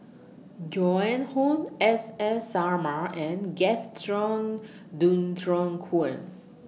Joan Hon S S Sarma and Gaston Dutronquoy